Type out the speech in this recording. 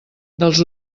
dels